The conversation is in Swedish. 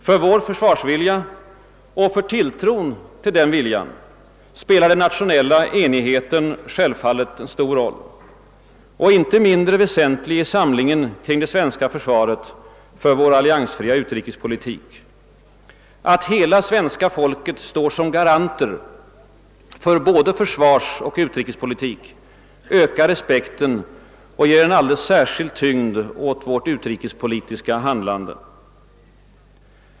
För vår försvarsvilja och för tilltron till den viljan spelar den nationella enigheten självfallet stor roll. Inte mindre väsentlig är samlingen kring det svenska försvaret för vår alliansfria utrikespolitik. Att hela svenska folket står som garant för såväl försvarssom utrikespolitik ökar respekten och ger en alldeles särskild tyngd åt vårt utrikespolitiska handlande.